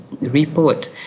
report